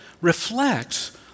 reflects